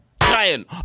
Giant